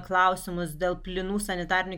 klausimus dėl plynų sanitarinių